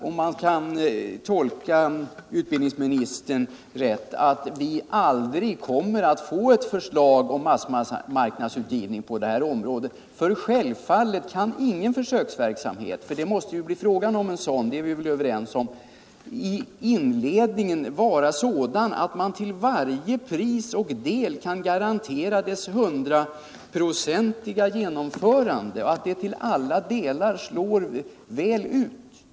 Om man tolkar utbildningsministern rätt kan detta innebära att vi aldrig kommer att få ett förslag om massmarknadsutgivning på det här området, för självfallet kan ingen försöksverksamhet — vi är väl överens om att det här måste bli fråga om en sadan - i inledningen vara sådan att man kan garantera att dess 100 procentiga genomförande till alla delar slår väl ut.